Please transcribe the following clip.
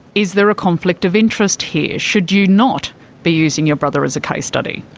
is there a conflict of interest here? should you not be using your brother as a case study?